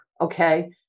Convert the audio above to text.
okay